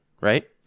Right